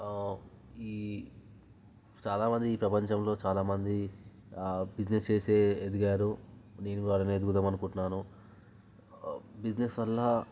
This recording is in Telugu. ఈ చాలామంది ఈ ప్రపంచంలో చాలామంది బిజినెస్ చేసే ఎదిగారు నేను కూడాను ఎదుగుదామనుకుంటున్నాను బిజినెస్ వల్ల